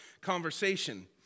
conversation